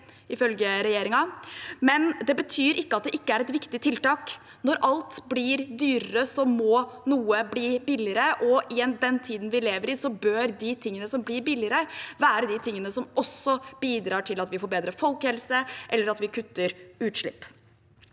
Men det betyr ikke at det ikke er et viktig tiltak. Når alt blir dyrere, må noe bli billigere, og i den tiden vi lever i, bør de tingene som blir billigere, være de tingene som også bidrar til at vi får bedre folkehelse, eller at vi kutter utslipp.